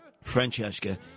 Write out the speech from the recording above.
Francesca